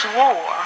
war